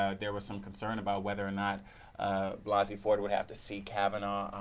ah there was some concern about whether or not blasey ford will have to see cavanaugh.